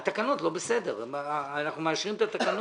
" לכל המונחים בתקנות אלה תהא המשמעות הנודעת להם בתקן,